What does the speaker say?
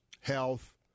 health